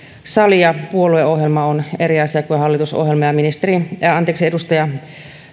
salia puolueohjelma on eri asia kuin hallitusohjelma ja ja edustaja